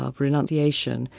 ah renunciation,